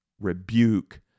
rebuke